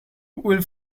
will